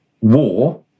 war